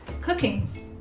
cooking